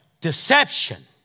deception